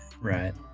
Right